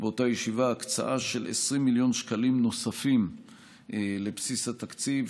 באותה ישיבה הקצאה של 20 מיליון שקלים נוספים לבסיס התקציב,